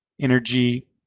energy